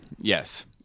Yes